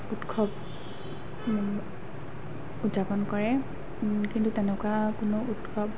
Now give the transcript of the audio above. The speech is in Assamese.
উৎসৱ উদযাপন কৰে কিন্তু তেনেকুৱা কোনো উৎসৱ